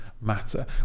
matter